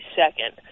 second